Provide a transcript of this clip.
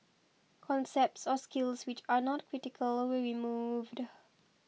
concepts or skills which are not critical were removed